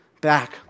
back